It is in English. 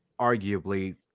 arguably